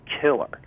killer